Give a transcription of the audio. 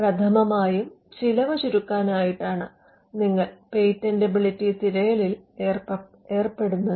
പ്രഥമമായുംചിലവ് ചുരുക്കാനായിട്ടാണ് നിങ്ങൾ പേറ്റന്റിബിലിറ്റി തിരയലിൽ ഏർപ്പെടുന്നത്